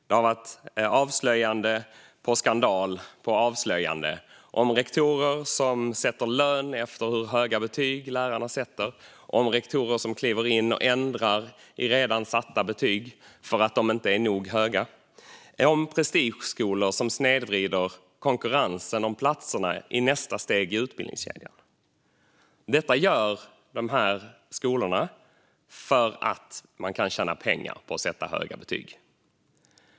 Det har varit avslöjande, på skandal, på avslöjande, om rektorer som sätter lön efter hur höga betyg lärarna sätter, om rektorer som ändrar i redan satta betyg eftersom de inte är nog höga, om prestigeskolor som snedvrider konkurrensen om platserna i nästa steg i utbildningskedjan. Detta gör skolorna därför att de kan tjäna pengar på att sätta höga betyg.